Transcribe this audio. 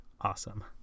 awesome